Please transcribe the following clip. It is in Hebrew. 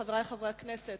חברי חברי הכנסת,